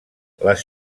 les